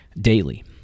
daily